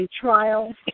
trial